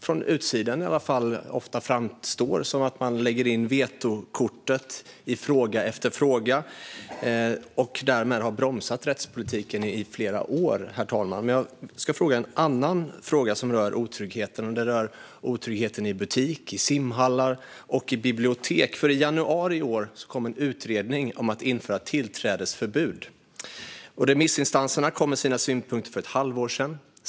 Från utsidan framstår det ofta som att man lägger in vetokortet i fråga efter fråga och därmed har bromsat rättspolitiken i flera år. Min fråga gäller dock otryggheten på ett annat sätt. Den gäller otryggheten i butiker, i simhallar och på bibliotek. I januari i år kom nämligen en utredning om att införa tillträdesförbud. Remissinstanserna kom med sina synpunkter för ett halvår sedan.